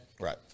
right